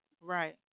Right